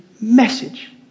message